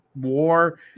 war